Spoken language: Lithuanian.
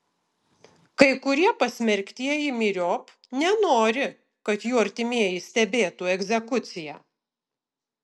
kai kurie pasmerktieji myriop nenori kad jų artimieji stebėtų egzekuciją